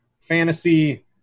fantasy